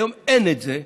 היום אין את זה.